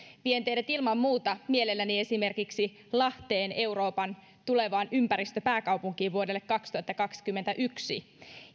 vien teidät ilman muuta mielelläni esimerkiksi lahteen tulevaan euroopan ympäristöpääkaupunkiin vuodelle kaksituhattakaksikymmentäyksi